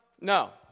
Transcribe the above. no